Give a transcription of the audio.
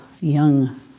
young